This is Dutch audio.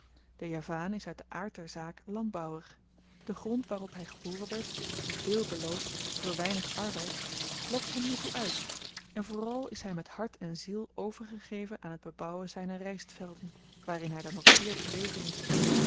de javaan is uit den aard der zaak landbouwer de grond waarop hy geboren werd die veel belooft voor weinig arbeids lokt hem hiertoe uit en vooral is hy met hart en ziel overgegeven aan het bebouwen zyner rystvelden waarin hy dan ook zeer bedreven is